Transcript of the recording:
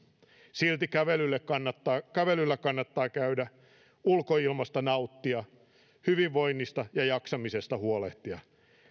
silti kävelyllä kannattaa kävelyllä kannattaa käydä ulkoilmasta nauttia hyvinvoinnista ja jaksamisesta huolehtia